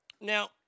Now